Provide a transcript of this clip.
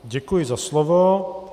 Děkuji za slovo.